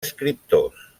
escriptors